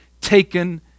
taken